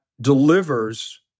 delivers